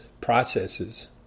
processes